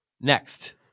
Next